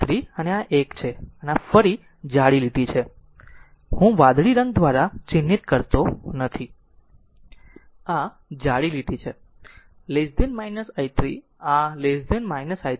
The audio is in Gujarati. અને આ 1 છે અને આ ફરી જાડી લીટી છે હું વાદળી રંગ દ્વારા ચિહ્નિત કરતો નથી આ એક જાડી લીટી છે i 3 આ i 3 છે